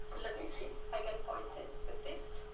let me see if i can point it with this,